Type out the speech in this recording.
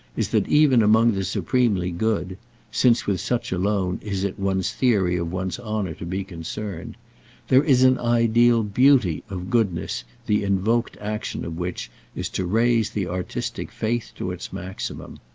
is that even among the supremely good since with such alone is it one's theory of one's honour to be concerned there is an ideal beauty of goodness the invoked action of which is to raise the artistic faith to its maximum.